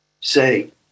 say